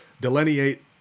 delineate